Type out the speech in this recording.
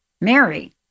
Mary